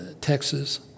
Texas